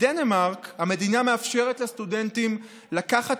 בדנמרק המדינה מאפשרת לסטודנטים לקחת